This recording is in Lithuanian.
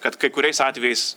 kad kai kuriais atvejais